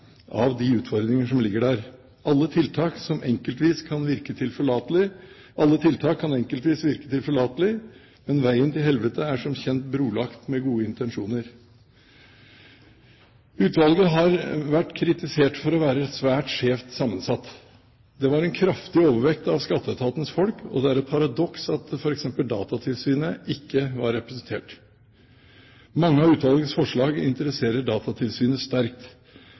av de utfordringer som ligger der. Alle tiltak kan enkeltvis virke tilforlatelig, men veien til helvete er som kjent brolagt med gode intensjoner. Utvalget har vært kritisert for å være svært skjevt sammensatt. Det var en kraftig overvekt av Skatteetatens folk, og det er et paradoks at f.eks. Datatilsynet ikke var representert. Mange av utvalgets forslag interesserer Datatilsynet sterkt,